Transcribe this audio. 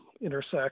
intersect